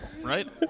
right